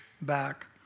back